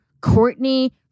Courtney